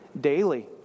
daily